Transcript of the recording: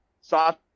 soft